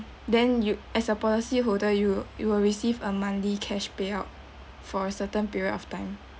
then you as a policyholder you will you will receive a monthly cash payout for a certain period of time